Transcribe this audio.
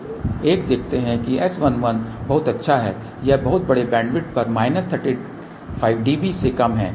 तो एक देखते हैं कि S11 बहुत अच्छा है यह बहुत बड़े बैंडविड्थ पर माइनस 35 dB से कम है